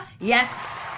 Yes